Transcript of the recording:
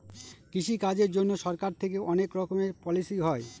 কৃষি কাজের জন্যে সরকার থেকে অনেক রকমের পলিসি হয়